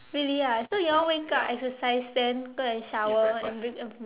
really ah so you all wake up exercise then go and shower and bring uh